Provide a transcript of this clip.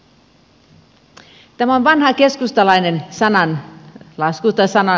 tämä on vanha keskustalainen sanonta